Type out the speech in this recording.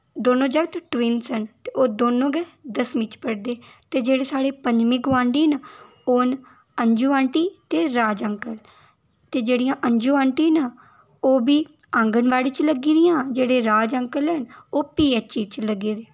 दोनों जागत ट्विन्स न ते ओह् दोनों गै दसमीं च पढ़दे ते जेह्ड़े साढ़ै पंजमे गोआंढी न ओह् न अंजू आंटी ते राज अंकल ते जेह्ड़ियां अंजू आंटी न ओह् बी आंगनवाड़ी च लग्गी दियां जेह्ड़े राज अंकल न ओह् पी एच ई च लग्गे दे